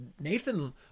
Nathan